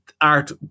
art